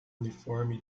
uniforme